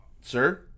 Sir